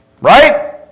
Right